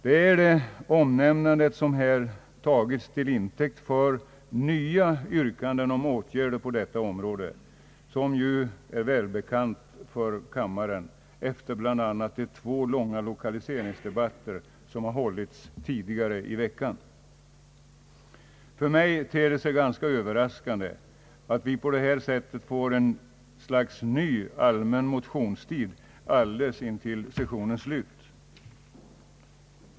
Det omnämnandet har tagits till intäkt för nya yrkanden om åtgärder på detta område, vilket ju är välbekant för kammaren efter bl.a. de två långa lokaliseringsdebatter som har hållits tidigare i veckan. För mig ter det sig ganska överraskande att vi på detta sätt får ett slags ny allmän motionstid alldeles före sessionens slut.